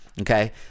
okay